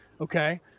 okay